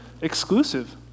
exclusive